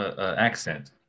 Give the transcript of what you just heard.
accent